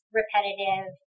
repetitive